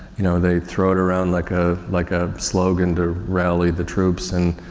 you know, they throw it around like a, like a slogan to rally the troops and,